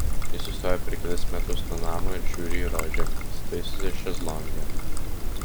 ji sustoja per kelis metrus nuo namo ir žiūri į rožę įsitaisiusią šezlonge